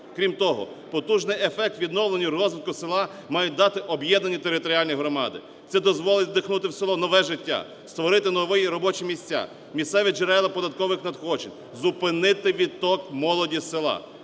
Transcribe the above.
Крім того, потужний ефект відновлення розвитку села мають дати об'єднані територіальні громади. Це дозволить вдихнути в село нове життя, створити нові робочі місця, місцеві джерела податкових надходжень, зупинити відтік молоді з села,